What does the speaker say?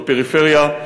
בפריפריה,